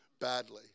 badly